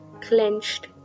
clenched